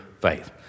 faith